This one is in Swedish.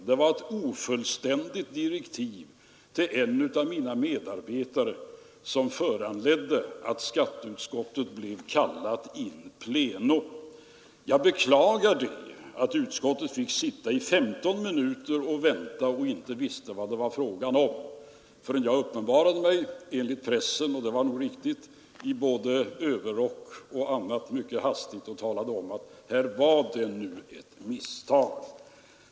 Det var ett ofullständigt direktiv till en av mina medarbetare som föranledde att skatteutskottet blev kallat till sammanträde in pleno. Jag beklagar att utskottet fick sitta i 15 minuter och vänta och inte visste vad det var fråga om förrän jag uppenbarade mig mycket hastigt — enligt pressen, och det var nog riktigt, i både överrock och annat — och talade om att här var det ett misstag.